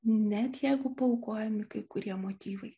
net jeigu paaukojami kai kurie motyvai